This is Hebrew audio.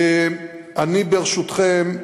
אני, ברשותכם,